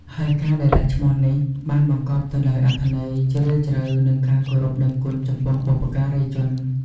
ហើយការដែលដាក់ឈ្មោះនេះ បានបង្កប់ទៅដោយអត្ថន័យជ្រាលជ្រៅ និងការគោរពដឹងគុណចំពោះបុព្វការីជន។